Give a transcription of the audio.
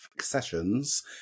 sessions